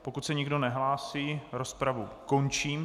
Pokud se nikdo nehlásí, rozpravu končím.